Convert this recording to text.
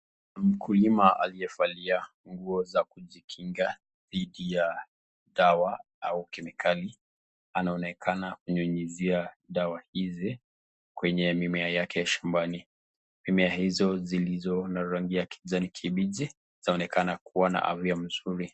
Mkulima aliyevalia nguo za kujikinga dhidi ya dawa au kemikali anaonekana kunyunyizia dawa hizi kwenye mimea yake ya shambani. mimea hizo zilizo na rangi ya kijani kibichi zaonekana kuwa na afya nzuri.